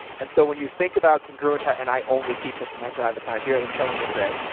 and so when you think about congruent ah and i only teach this to my private kinds here telling me today,